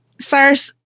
Cyrus